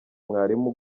mwarimu